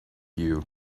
you